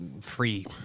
free